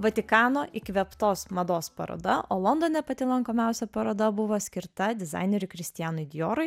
vatikano įkvėptos mados paroda o londone pati lankomiausia paroda buvo skirta dizaineriui kristianui diorui